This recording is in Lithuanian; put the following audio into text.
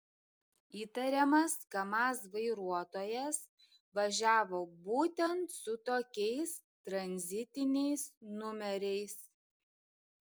įtariamas kamaz vairuotojas važiavo būtent su tokiais tranzitiniais numeriais